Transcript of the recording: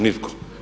Nitko.